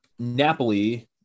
napoli